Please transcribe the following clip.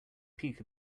peak